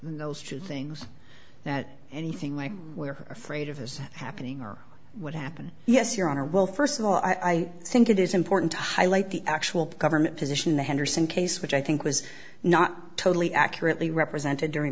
those two things that anything like we're afraid of is happening or would happen yes your honor well first of all i think it is important to highlight the actual government position the henderson case which i think was not totally accurately represented during